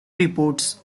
reports